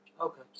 okay